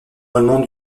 allemand